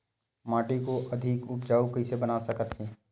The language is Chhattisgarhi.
माटी को अधिक उपजाऊ कइसे बना सकत हे?